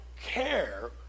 care